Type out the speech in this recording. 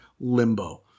Limbo